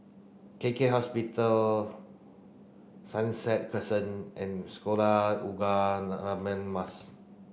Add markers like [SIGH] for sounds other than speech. K K Hospital Sunset Crescent and Sekolah Ugama [UNINTELLIGIBLE] Mas